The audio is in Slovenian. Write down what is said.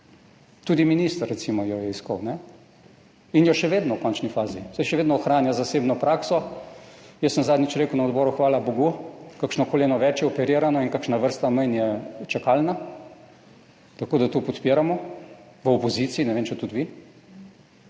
Tudi minister, recimo, jo je iskal in jo še vedno v končni fazi, saj še vedno ohranja zasebno prakso. Jaz sem zadnjič rekel na odboru, hvala bogu, kakšno koleno več je operirano in kakšna čakalna vrsta manj je, tako da to podpiramo, v opoziciji, ne vem, če tudi vi.